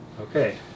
okay